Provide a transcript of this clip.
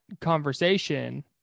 conversation